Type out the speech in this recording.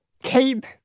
keep